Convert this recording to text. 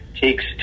takes